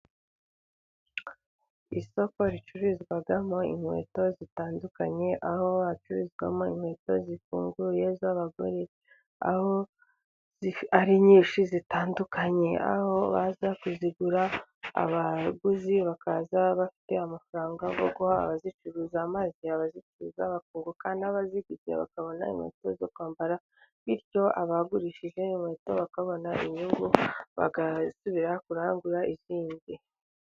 Isoko ricururizwamo inkweto zitandukanye, aho bacururizamo inkweto zifunguye z'abagore. Aho ari nyinshi zitandukanye aho baza kuzigura abaguzi bakaza bafite amafaranga yo guha abazicuruza make. Abazicuruza bakunguka n'abarikuzigura bakabona inkweto zo kwambara, bityo abagurishije bakabona inyungu bagasubira kurangura izindi.